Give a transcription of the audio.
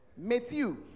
Matthew